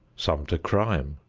some to crime,